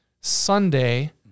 Sunday